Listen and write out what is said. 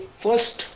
first